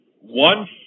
one